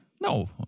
no